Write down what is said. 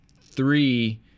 three